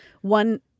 one